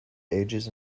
ages